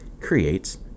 creates